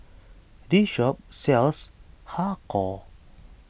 this shop sells Har Kow